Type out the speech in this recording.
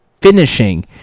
finishing